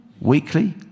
Weekly